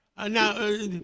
Now